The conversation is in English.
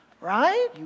right